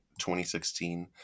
2016